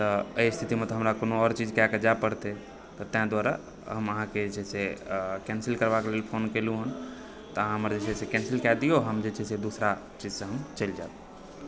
तऽ एहि स्थितिमे तऽ हमरा कोनो आओर चीज कएके जाए पड़तै ताहि दुआरे हम अहाँकेँ जे छै से कैन्सिल करबाक लेल फोन केलूँ हन तऽ अहाँ हमर जे छै से कैन्सिल कै दिऔ हम जे छै से दोसरा चीजसँ हम चलि जायब